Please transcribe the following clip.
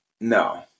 No